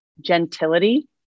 gentility